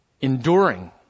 enduring